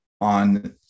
on